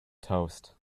toast